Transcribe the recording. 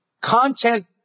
Content